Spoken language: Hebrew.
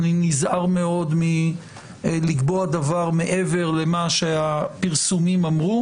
אני נזהר מאוד מלקבוע דבר מעבר למה שהפרסומים אמרו